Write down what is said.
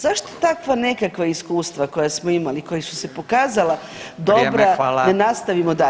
Zašto takva nekakva iskustva koja smo imali, koji su se pokazala dobra ne nastavimo dalje?